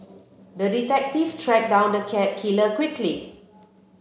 the detective tracked down the cat killer quickly